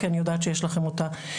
כי אני יודעת שיש לכם אותה.